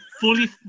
fully